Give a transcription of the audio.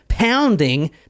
Pounding